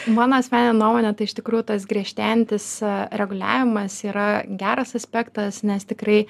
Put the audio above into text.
mano asmenine nuomone tai iš tikrųjų tas griežtėjantis reguliavimas yra geras aspektas nes tikrai